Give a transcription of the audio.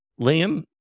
Liam